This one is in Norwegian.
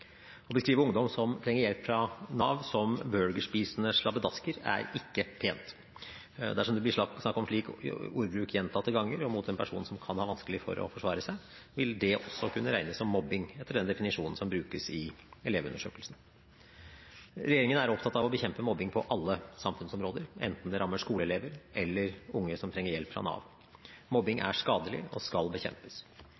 Å beskrive ungdom som trenger hjelp fra Nav som burgerspisende slabbedasker, er ikke pent. Dersom det blir snakk om slik ordbruk gjentatte ganger og mot en person som kan ha vanskelig for å forsvare seg, vil det også kunne regnes som mobbing etter den definisjonen som brukes i Elevundersøkelsen. Regjeringen er opptatt av å bekjempe mobbing på alle samfunnsområder, enten det rammer skoleelever eller unge som trenger hjelp fra Nav. Mobbing